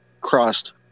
crossed